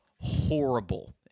horrible